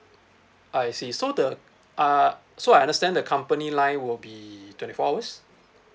I see so the uh so I understand the company line will be twenty four hours